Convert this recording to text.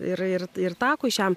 ir ir ir takui šiam